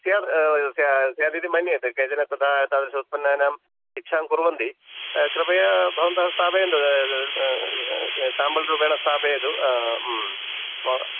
स्याद् स्या स्याद् इति मन्ये तत् केचन तदा तादृशम् उत्पन्नानाम् इच्छां कुर्वन्ति कृपया भवन्तः स्थापयन्तु स्याम्पल् रूपेण स्थापयतु म